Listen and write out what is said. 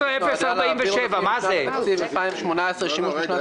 1,355 אלפי ש"ח משנת 2018 לשימוש בשנת